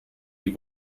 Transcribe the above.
die